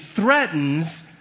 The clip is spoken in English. threatens